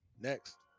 Next